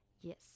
Yes